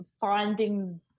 finding